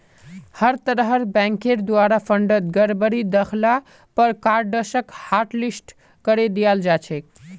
हर तरहर बैंकेर द्वारे फंडत गडबडी दख ल पर कार्डसक हाटलिस्ट करे दियाल जा छेक